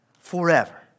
forever